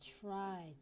try